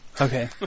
Okay